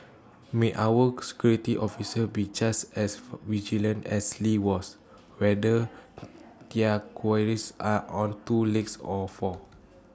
may our security officers be just as vigilant as lee was whether their quarries are on two legs or four